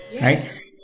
right